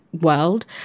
world